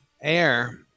air